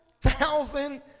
thousand